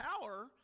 power